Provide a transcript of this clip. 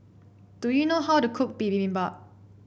do you know how to cook Bibimbap